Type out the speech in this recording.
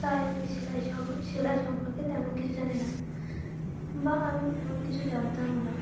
তাই আমি সেলাই সব সেলাই সম্পর্কে তেমন কিছু জানি না বা আমি তেমন কিছু জানতামও না